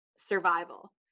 survival